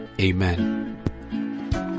amen